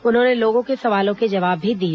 उन्होंने लोगों के सवालों के जवाब भी दिए